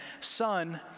son